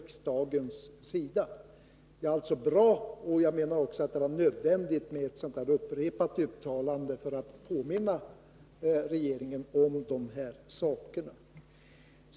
Det är alltså bra att uttalandet upprepades. Det var nödvändigt att påminna regeringen om de här sakerna.